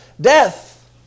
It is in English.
Death